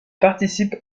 participe